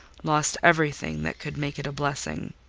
lost every thing that could make it a blessing.